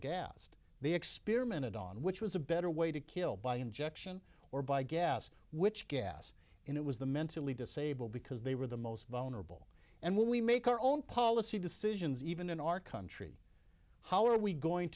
gassed they experimented on which was a better way to kill by injection or by gas which gas in it was the mentally disabled because they were the most vulnerable and when we make our own policy decisions even in our country how are we going